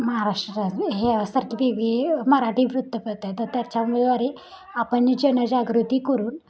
महाराष्ट्रात ह्यासारखे वेगवेगळे मराठी वृत्तपत्रं आहेत तर त्याच्याद्वारे आपण जनजागृती करून